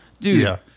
Dude